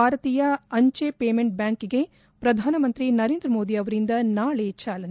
ಭಾರತೀಯ ಅಂಚೆ ಬ್ಬಾಂಕಿಗೆ ಪ್ರಧಾನಮಂತ್ರಿ ನರೇಂದ್ರ ಮೋದಿ ಅವರಿಂದ ನಾಳೆ ಚಾಲನೆ